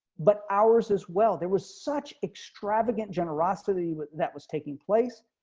but ours as well. there was such extravagant generosity, that was taking place.